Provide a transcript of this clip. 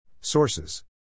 Sources